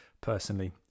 personally